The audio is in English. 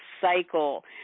cycle